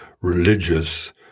religious